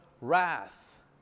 wrath